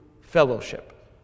Fellowship